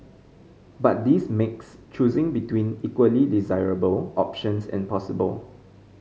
but this makes choosing between equally desirable options impossible